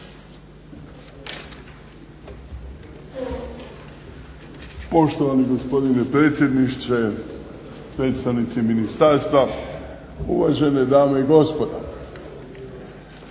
Poštovani gospodine predsjedniče, predstavnici ministarstva, uvažene dame i gospodo.